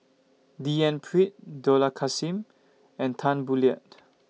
D N Pritt Dollah Kassim and Tan Boo Liat